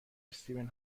استیون